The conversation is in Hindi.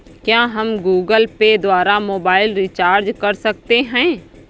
क्या हम गूगल पे द्वारा मोबाइल रिचार्ज कर सकते हैं?